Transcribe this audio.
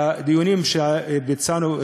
בדיונים שביצענו,